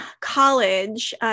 college